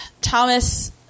Thomas